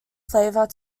flavor